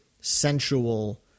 sensual